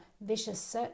vicious